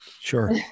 Sure